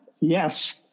Yes